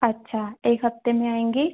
अच्छा एक हफ्ते में आएँगी